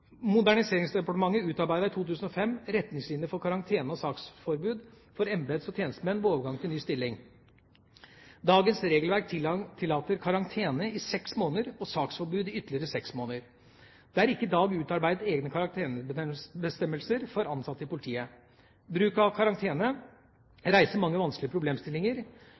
Moderniseringsdepartementet utarbeidet i 2005 «retningslinjer for karantene og saksforbud for embets- og tjenestemenn ved overgang til ny stilling». Dagens regelverk tillater karantene i seks måneder og saksforbud i ytterligere seks måneder. Det er ikke i dag utarbeidet egne karantenebestemmelser for ansatte i politiet. Bruk av karantene reiser mange vanskelige problemstillinger.